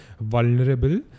vulnerable